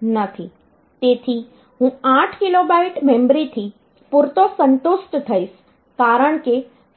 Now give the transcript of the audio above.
તેથી હું 8 kilobyte મેમરીથી પૂરતો સંતુષ્ટ થઈશ કારણ કે